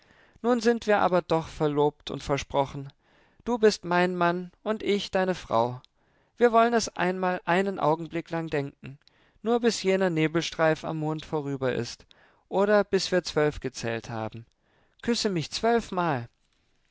nun sind wir aber doch verlobt und versprochen du bist mein mann und ich deine frau wir wollen es einmal einen augenblick lang denken nur bis jener nebelstreif am mond vorüber ist oder bis wir zwölf gezählt haben küsse mich zwölfmal